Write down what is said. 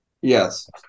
Yes